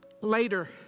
Later